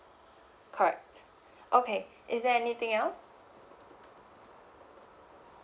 correct okay is there anything else